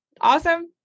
Awesome